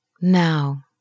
now